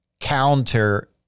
counter